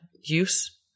use